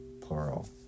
plural